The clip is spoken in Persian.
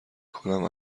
کنم